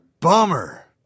Bummer